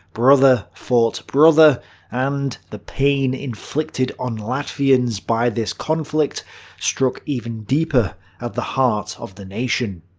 brother fought brother and the pain inflicted on latvians by this conflict struck even deeper at the heart of the nation.